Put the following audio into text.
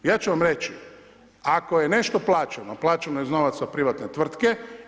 Ja ću vam reći, ako je nešto plaćeno, plaćeno je iz novaca privatne tvrtke.